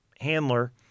handler